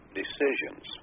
decisions